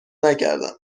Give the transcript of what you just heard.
نکردم